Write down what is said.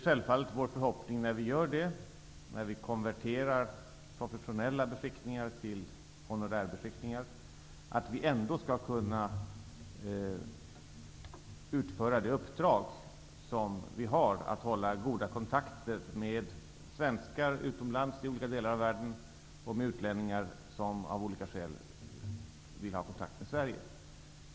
När vi gör det, när vi konverterar professionella beskickningar till honorärbeskickningar, är det självfallet vår förhoppning att vi ändå skall kunna utföra det uppdrag som vi har, nämligen att hålla goda kontakter med svenskar utomlands i olika delar av världen och med utlänningar som av olika skäl vill ha kontakt med Sverige.